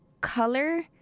color